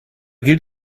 gilt